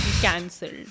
cancelled